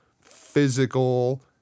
physical